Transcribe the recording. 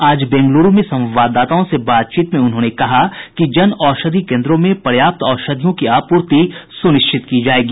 आज बेंगलुरू में संवाददाताओं से बातचीत में उन्होंने कहा कि जनऔषधि केंद्रों में पर्याप्त औषधियों की आपूर्ति सूनिश्चित की जाएगी